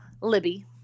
Libby